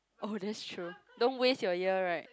oh that's true don't waste your year right